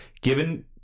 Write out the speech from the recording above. given